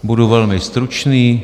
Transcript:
Budu velmi stručný.